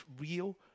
real